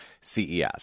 CES